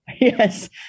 yes